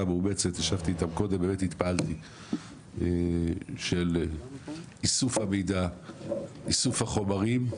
מאומצת של איסוף המידע ועל איסוף החומרים.